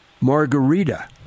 margarita